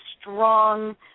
strong